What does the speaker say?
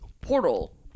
Portal